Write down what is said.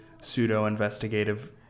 pseudo-investigative